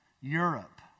Europe